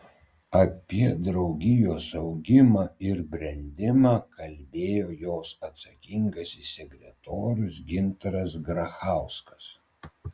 apie draugijos augimą ir brendimą kalbėjo jos atsakingasis sekretorius gintaras grachauskas